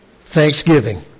Thanksgiving